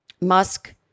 Musk